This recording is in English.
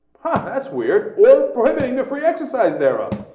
huh, that's weird, or prohibiting the free exercise thereof.